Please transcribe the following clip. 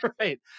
Right